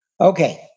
Okay